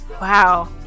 Wow